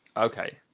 Okay